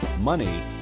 money